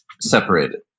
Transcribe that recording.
separated